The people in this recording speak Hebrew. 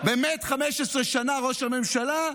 שהוא באמת 15 שנה ראש הממשלה,